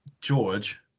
George